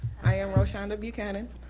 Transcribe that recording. i am roshon w. cannon.